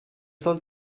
سال